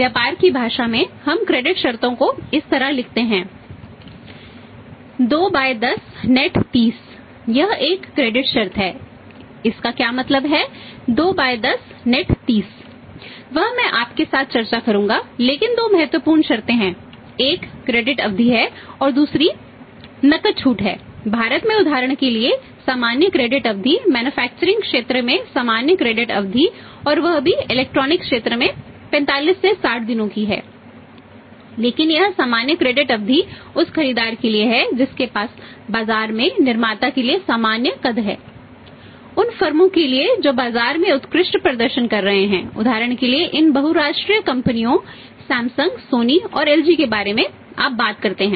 वह मैं आपके साथ चर्चा करूंगा लेकिन दो महत्वपूर्ण शर्तें हैं एक क्रेडिट के लिए जो बाजार में उत्कृष्ट प्रदर्शन कर रहे हैं उदाहरण के लिए इन बहुराष्ट्रीय कंपनियों सैमसंग सोनी और एलजी के बारे में आप बात करते हैं